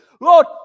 Lord